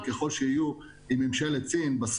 משהו חשוב שממשלת סין מנסה לעשות פה משהו מעבר לבנייה.